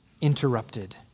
interrupted